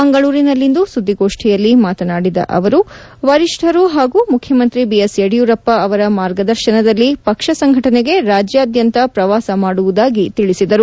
ಮಂಗಳೂರಿನಲ್ಲಿಂದು ಸುದ್ದಿಗೋಷ್ಠಿಯಲ್ಲಿ ಮಾತನಾಡಿದ ಅವರು ವರಿಷ್ಠರು ಹಾಗೂ ಮುಖ್ಯಮಂತ್ರಿ ಬಿಎಸ್ ಯಡಿಯೂರಪ್ಪ ಅವರ ಮಾರ್ಗದರ್ಶನದಲ್ಲಿ ಪಕ್ಷ ಸಂಘಟನೆಗೆ ರಾಜ್ಯಾದ್ಯಂತ ಪ್ರವಾಸ ಮಾಡುವುದಾಗಿ ತಿಳಿಸಿದರು